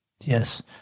Yes